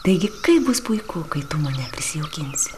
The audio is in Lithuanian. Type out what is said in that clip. taigi kaip bus puiku kai tu prisijaukinsi